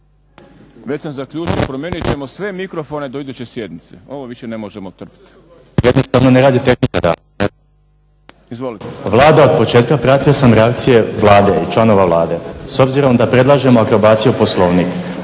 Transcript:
(HDZ)** Od početka pratio sam reakcije Vlade i članova Vlade. S obzirom da predlažemo akrobacije u Poslovnik